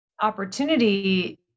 Opportunity